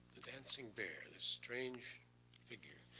dancing bears, a strange figure.